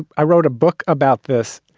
i wrote a book about this.